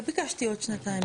לא ביקשתי עוד שנתיים.